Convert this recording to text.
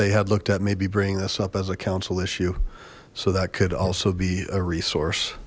they had looked at maybe bringing this up as a council issue so that could also be a resource